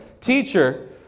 Teacher